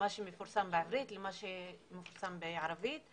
בין מה שמפורסם בעברית,